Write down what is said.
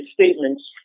statements